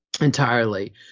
entirely